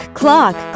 clock